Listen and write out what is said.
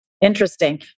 Interesting